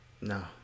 No